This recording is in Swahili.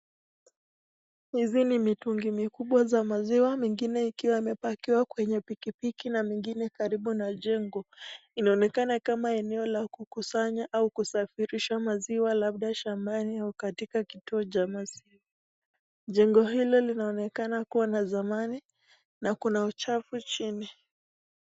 Hizi ni mitungi mikubwa za maziwa mengine ikiwa imepakiwa kwenye pikipiki na mingine karibu na jengo. Inaonekana kama eneo la kukusanya au kusafirisha maziwa labda shambani au katika kituo cha maziwa. Jengo hilo linaonekana kuwa ya zamani na kuna uchafu chini.